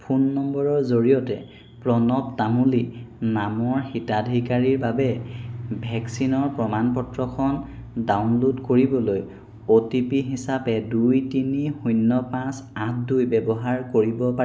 phone নম্বৰৰ জৰিয়তে প্ৰণৱ তামুলী নামৰ হিতাধিকাৰীৰ বাবে ভেকচিনৰ প্ৰমাণ পত্ৰখন ডাউনলোড কৰিবলৈ অ' টি পি হিচাপে দুই তিনি শূন্য পাঁচ আঠ দুই ব্যৱহাৰ কৰিব পাৰে